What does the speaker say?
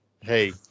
Hey